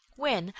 when,